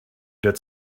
der